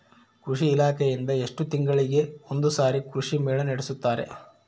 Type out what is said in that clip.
ಕೃಷಿ ಇಲಾಖೆಯಿಂದ ಎಷ್ಟು ತಿಂಗಳಿಗೆ ಒಂದುಸಾರಿ ಕೃಷಿ ಮೇಳ ನಡೆಸುತ್ತಾರೆ?